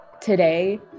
today